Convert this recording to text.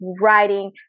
writing